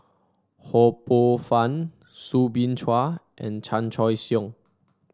Ho Poh Fun Soo Bin Chua and Chan Choy Siong